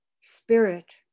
spirit